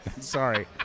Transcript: Sorry